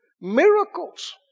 Miracles